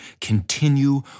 continue